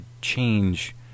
change